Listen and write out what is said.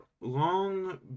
long